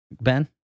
ben